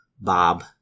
Bob